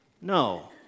No